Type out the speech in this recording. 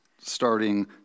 starting